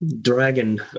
dragon